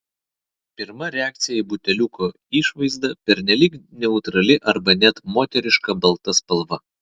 pirma reakcija į buteliuko išvaizdą pernelyg neutrali arba net moteriška balta spalva